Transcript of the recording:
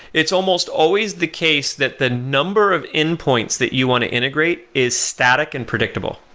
it's almost always the case that the number of endpoints that you want to integrate is static and predictable.